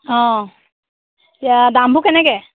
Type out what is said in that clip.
অ' দামবোৰ কেনেকৈ